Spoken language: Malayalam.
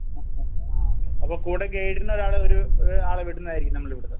ആ ആ ആ ഓക്കെ അപ്പോള് കൂടെ ഗേയ്ഡിനൊരാളെ ഒരു ആളെ വിടുന്നതായിരിക്കും നമ്മള് ഇവിടെനിന്ന്